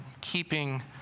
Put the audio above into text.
keeping